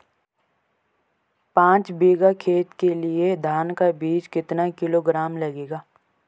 पाँच बीघा खेत के लिये धान का बीज कितना किलोग्राम लगेगा?